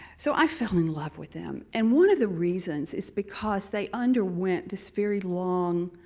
so i fell in love with them. and one of the reasons is because they underwent this very long,